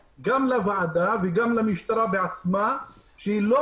רמת העוני והאבטלה תהיה קשה וזה רק יגביר את האלימות.